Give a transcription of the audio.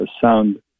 sound